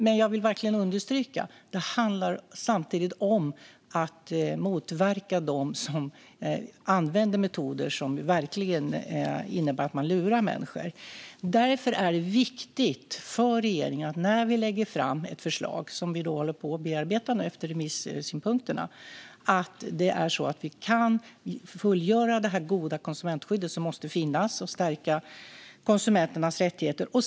Jag vill dock verkligen understryka att det samtidigt handlar om att motverka dem som använder metoder som innebär att man lurar människor. När regeringen lägger fram ett förslag, som vi efter remissynpunkter nu håller på att bearbeta, är det därför viktigt för oss att kunna fullgöra vårt uppdrag att ge ett gott konsumentskydd, som måste finnas, och att stärka konsumenternas rättigheter.